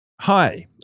Hi